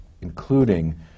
including